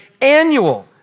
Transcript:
annual